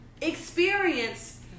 experience